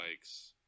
bikes